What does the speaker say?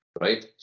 right